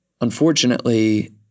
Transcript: Unfortunately